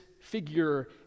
figure